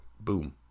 Boom